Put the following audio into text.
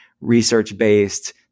research-based